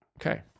okay